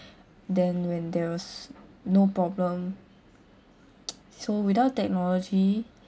then when there was no problem so without technology